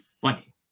funny